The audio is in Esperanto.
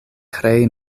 krei